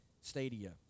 stadia